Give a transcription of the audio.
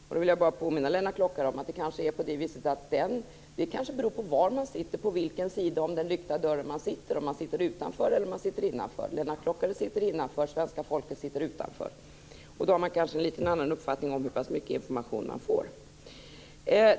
Jag vill då påminna Lennart Klockare om att det kanske beror på var man sitter, på vilken sida om den lyckta dörren man sitter - utanför eller innanför. Lennart Klockare sitter innanför och svenska folket utanför. Då har man kanske en något annan uppfattning om hur pass mycket information man får.